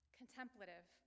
contemplative